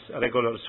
regular